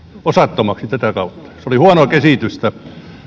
osattomaksi tätä kautta se oli huonoa kehitystä